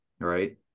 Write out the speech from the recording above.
right